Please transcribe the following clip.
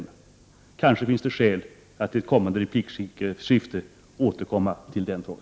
Det kanske finns skäl att i ett kommande replikskifte återkomma till denna.